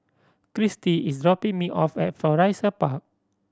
Kristie is dropping me off at Florissa Park